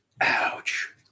Ouch